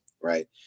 right